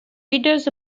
readers